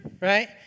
Right